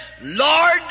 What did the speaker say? Lord